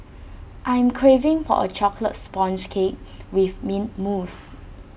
I am craving for A Chocolate Sponge Cake with Mint Mousse